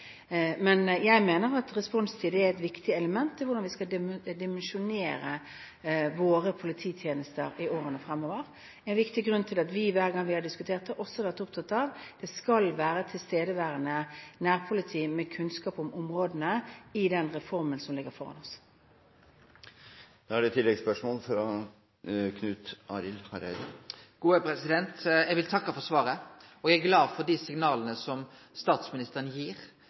Jeg mener at responstid er et viktig element i hvordan vi skal dimensjonere våre polititjenester i årene fremover. En viktig grunn til det er at vi – hver gang vi har diskutert det – også har vært opptatt av at det skal være tilstedeværende nærpoliti med kunnskap om områdene i den reformen som ligger foran oss. Eg vil takke for svaret. Eg er glad for dei signala som statsministeren gir, at dette er eit spørsmål det er